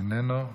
איננו,